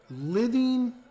living